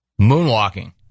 moonwalking